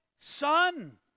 son